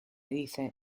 dice